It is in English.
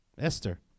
Esther